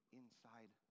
inside